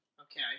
Okay